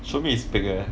show me his pic leh